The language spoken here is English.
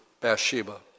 Bathsheba